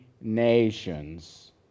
nations